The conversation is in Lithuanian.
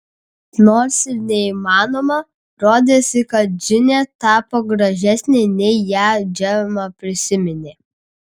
nors ir neįmanoma rodėsi kad džinė tapo gražesnė nei ją džema prisiminė